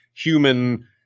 human